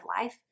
life